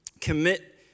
commit